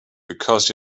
because